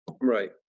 Right